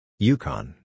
Yukon